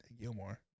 Gilmore